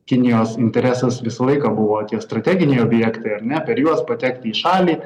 kinijos interesas visą laiką buvot tie strateginiai objektai ar ne per juos patekti į šalį